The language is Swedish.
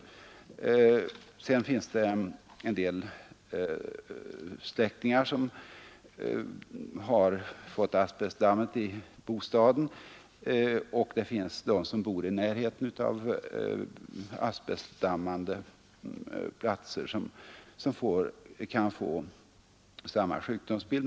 Också släktingar som har fått asbestdamm i bostaden och människor som bor i närheten av asbestdammande platser kan få samma sjukdomsbild.